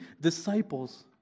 disciples